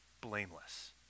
blameless